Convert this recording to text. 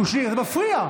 קושניר, זה מפריע,